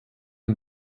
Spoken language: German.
den